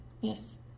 Yes